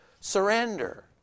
surrender